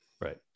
Right